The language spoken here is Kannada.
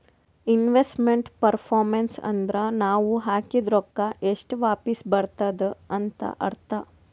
ಇನ್ವೆಸ್ಟ್ಮೆಂಟ್ ಪರ್ಫಾರ್ಮೆನ್ಸ್ ಅಂದುರ್ ನಾವ್ ಹಾಕಿದ್ ರೊಕ್ಕಾ ಎಷ್ಟ ವಾಪಿಸ್ ಬರ್ತುದ್ ಅಂತ್ ಅರ್ಥಾ